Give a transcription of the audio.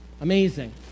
amazing